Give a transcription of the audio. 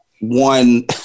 one